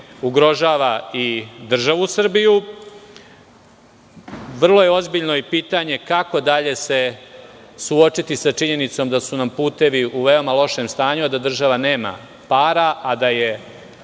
ugrožava i državu Srbiju? Vrlo ozbiljno je i pitanje kako dalje se suočiti sa činjenicom da su nam putevi u veoma lošem stanju, a da država nema para, a da JP